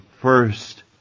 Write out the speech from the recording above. first